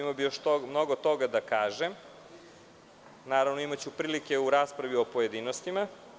Imao bih još mnogo toga da kažem, ali, imaću prilike u raspravi u pojedinostima.